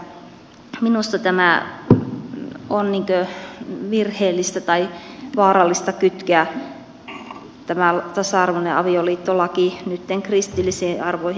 minusta on virheellistä tai vaarallista kytkeä tämä tasa arvoinen avioliittolaki nytten kristillisiin arvoihin